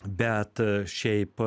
bet šiaip